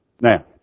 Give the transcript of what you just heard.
Now